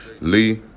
Lee